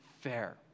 fair